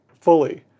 fully